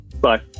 Bye